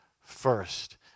first